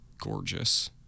gorgeous